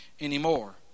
anymore